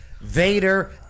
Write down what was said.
Vader